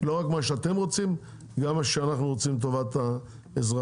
לא רק מה שאתם רוצים אלא גם מה שאנחנו רוצים לטובת האזרח.